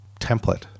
template